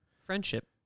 friendship